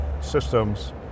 systems